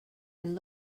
and